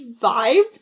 vibe